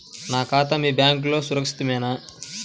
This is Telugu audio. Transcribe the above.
నా ఖాతా మీ బ్యాంక్లో సురక్షితమేనా?